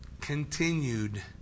continued